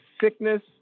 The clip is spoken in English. sickness